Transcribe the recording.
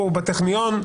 בטכניון.